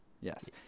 yes